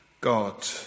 God